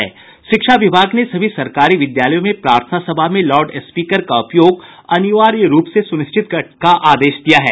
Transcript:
शिक्षा विभाग ने सभी सरकारी विद्यालयों में प्रार्थना सभा में लाउड स्पीकर का उपयोग अनिवार्य रूप से सुनिश्चित करने का आदेश दिया है